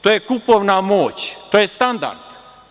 To je kupovna moć, to je standard.